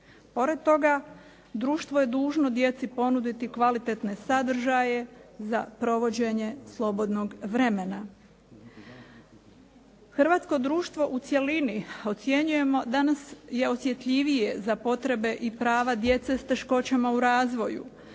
Pored toga, društvo je dužno djeci ponuditi kvalitetne sadržaje za provođenje slobodnog vremena. Hrvatsko društvo u cjelini, ocjenjujemo, danas je osjetljivije za potrebe i prava djece s teškoćama u razvoju,